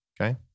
Okay